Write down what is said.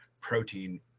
protein